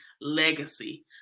legacy